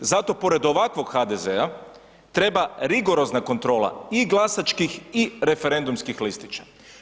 Zato pored ovakvog HDZ-a treba rigorozna kontrola i glasačkih i referendumskih listića.